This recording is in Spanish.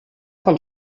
con